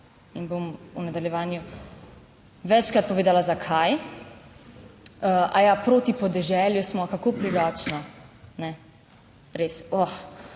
in bom v nadaljevanju večkrat povedala zakaj. Aja, proti podeželju smo. Kako privlačno, ne, res, oh.